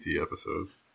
episodes